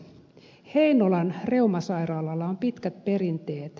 heinolan reumasairaalalla on pitkät perinteet